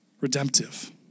redemptive